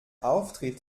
auftritt